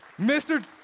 Mr